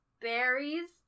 Berries